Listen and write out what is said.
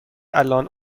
الان